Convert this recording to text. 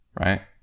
Right